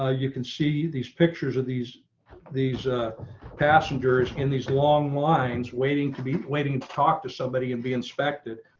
ah you can see these pictures of these these ah passengers in these long lines waiting to be waiting, talk to somebody and be inspected.